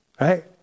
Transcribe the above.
Right